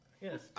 Yes